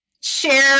share